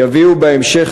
יביאו בהמשך,